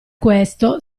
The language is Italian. questo